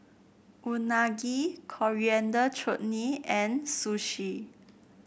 Unagi Coriander Chutney and Sushi